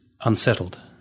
unsettled